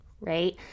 right